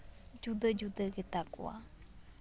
ᱡᱩᱫᱟᱹ ᱡᱩᱫᱟᱹ ᱜᱮᱛᱟ ᱠᱚᱣᱟ